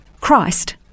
Christ